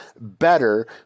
better